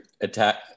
attack